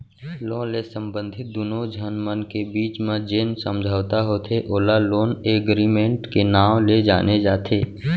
loan ले संबंधित दुनो झन मन के बीच म जेन समझौता होथे ओला लोन एगरिमेंट के नांव ले जाने जाथे